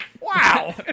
Wow